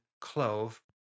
clove